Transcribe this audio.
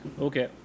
okay